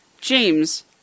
James